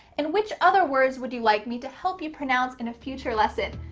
and which other words would you like me to help you pronounce in a future lesson?